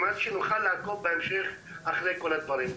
על מנת שנוכל לעקוב בהמשך אחרי כל הדברים.